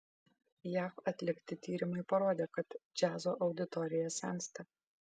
jav atlikti tyrimai parodė kad džiazo auditorija sensta